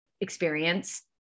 experience